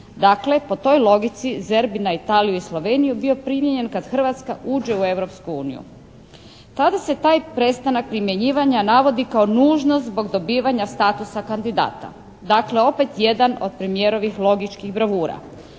Dakle po toj logici ZERP bi na Italiju i Sloveniju bio primijenjen kad Hrvatska uđe u Europsku uniju. Tada se taj prestanak primjenjivanja navodi kao nužnost zbog dobivanja statusa kandidata. Dakle jedan od premijerovih logičkih bravura.